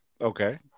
Okay